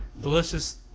delicious